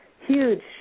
huge